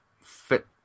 fit